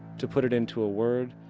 to put it into a word,